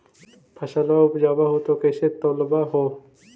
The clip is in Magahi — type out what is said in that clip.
फसलबा उपजाऊ हू तो कैसे तौउलब हो?